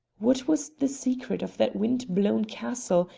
what was the secret of that wind-blown castle,